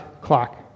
clock